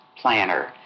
planner